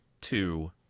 two